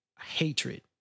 hatred